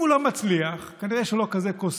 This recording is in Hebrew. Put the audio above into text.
אם הוא לא מצליח, כנראה שהוא לא כזה קוסם.